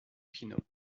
pineau